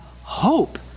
hope